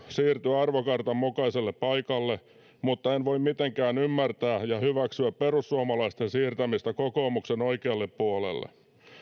siirtyä arvokartan mukaiselle paikalle mutta en voi mitenkään ymmärtää ja hyväksyä perussuomalaisten siirtämistä kokoomuksen oikealle puolelle